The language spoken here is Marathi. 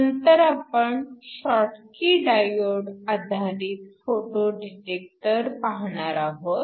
नंतर आपण शॉटकी डायोड आधारित फोटो डिटेक्टर पाहणार आहोत